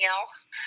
else